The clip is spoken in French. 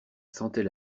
sentait